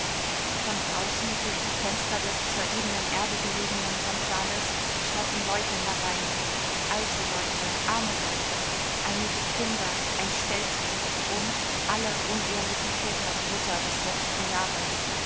von draußen durch die fenster des zur ebenen erde gelegenen tanzsaales schauten leute herein alte leute arme leute einige kinder ein stelzfuß und alle unehelichen väter und mütter des letzten jahres